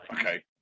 Okay